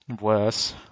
worse